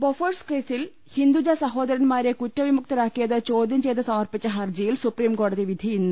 Bofors കേസിൽ ഹിന്ദുജ സഹോദരന്മാരെ കുറ്റവി മുക്തരാക്കിയത് ചോദ്യം ചെയ്ത് സമർപ്പിച്ച ഹർജിയിൽ സൂപ്രീം കോടതി വിധി ഇന്ന്